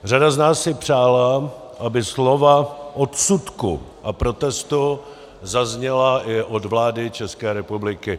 Řada z nás si přála, aby slova odsudku a protestu zazněla i od vlády České republiky.